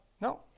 No